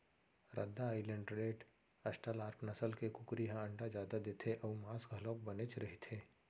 रद्दा Island red, Australorp नसल के कुकरी ह अंडा जादा देथे अउ मांस घलोक बनेच रहिथे